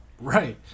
Right